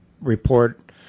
report